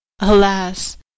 Alas